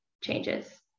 changes